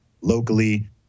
locally